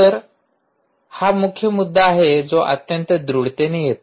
तर हा मुख्य मुद्दा आहे जो अत्यंत दृढतेने येतो